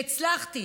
שהצלחתי